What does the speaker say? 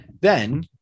Then-